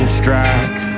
strike